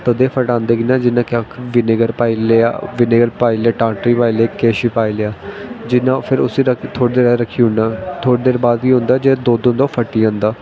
दुद्ध फटांदे कियां जियां कि अस बिनेगर पाई लेआ टाटरी पाई लेई किश बी पाई लेआ जियां फिर उसी थोह्ड़ी देर रक्खी ओड़ना थोह्ड़े देर बाद केह् होंदा जेह्ड़ा दुद्ध होंदा ओह् फटी जंदा